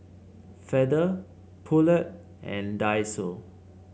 Feather Poulet and Daiso